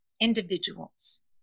individuals